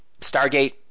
Stargate